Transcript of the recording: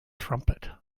trumpet